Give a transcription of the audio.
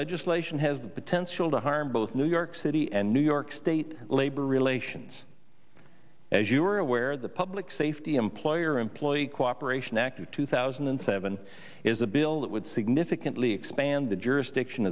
legislation has the potential to harm both new york city and new york state labor relations as you are aware the public's if the employer employee cooperation act of two thousand and seven is a bill that would significantly expand the jurisdiction